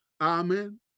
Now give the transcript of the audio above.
Amen